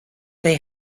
they